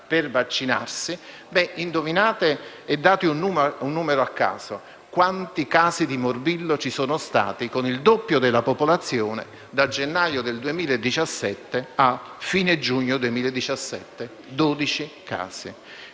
per vaccinarsi); indovinate e date un numero a caso di quanti casi di morbillo ci sono stati: con il doppio della popolazione, da gennaio 2017 a fine giugno 2017 vi